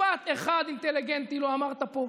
משפט אחד אינטליגנטי לא אמרת פה,